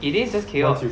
it is just chaos